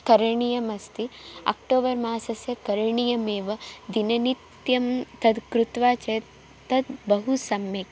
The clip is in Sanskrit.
करणीयमस्ति अक्टोबर् मासस्य करणीयमेव दिननित्यं तद् कृत्वा चेत् तद् बहु सम्यक्